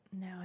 No